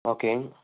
ஓகேங்க